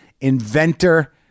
inventor